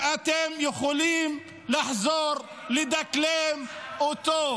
יראה תמונות אחרות.